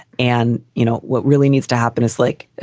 and you know, what really needs to happen is like,